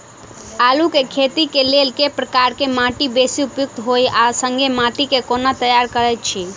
आलु केँ खेती केँ लेल केँ प्रकार केँ माटि बेसी उपयुक्त होइत आ संगे माटि केँ कोना तैयार करऽ छी?